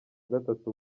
gatatu